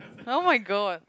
[oh]-my-god